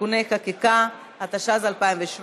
(תיקוני חקיקה), התשע"ז 2017,